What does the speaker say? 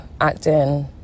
acting